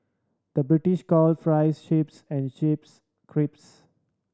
the British calls fries chips and chips crisps